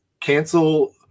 cancel